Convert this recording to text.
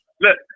Look